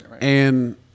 and-